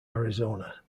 arizona